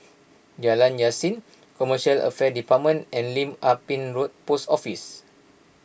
Jalan Yasin Commercial Affairs Department and Lim Ah Pin Road Post Office